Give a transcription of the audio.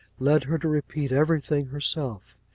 led her to repeat everything herself.